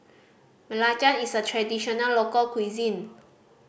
belacan is a traditional local cuisine